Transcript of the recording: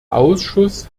ausschuss